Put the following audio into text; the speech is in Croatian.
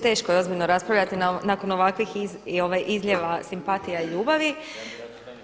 Teško je ozbiljno raspravljati nakon ovakvih izlijeva simpatija i ljubavi.